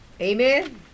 Amen